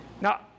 Now